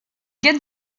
get